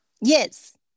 Yes